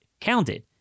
counted